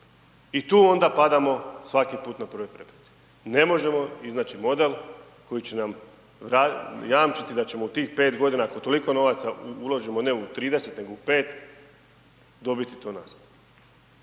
i tu onda padamo svaki puta na prvoj prepreci. Ne možemo iznaći model koji će nam jamčiti da ćemo u tih 5 godina ako toliko novaca uložimo ne u 30 nego u 5 dobiti to nazad.